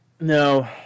No